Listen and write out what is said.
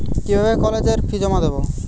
কিভাবে কলেজের ফি জমা দেবো?